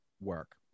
work